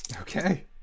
Okay